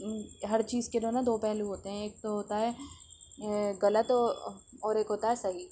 ہر چیز کے جو نا دو پہلو ہوتے ہیں ایک تو ہوتا ہے غلط اور ایک ہوتا ہے صحیح